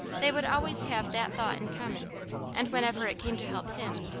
they would always have that thought in common and whenever it came to help him,